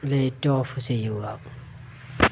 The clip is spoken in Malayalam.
ലൈറ്റ് ഓഫ് ചെയ്യുക